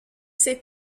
ces